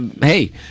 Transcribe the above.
hey